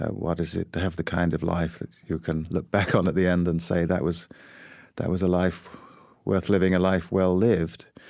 what is it to have the kind of life that you can look back on at the end and say that was that was a life worth living, a life well lived?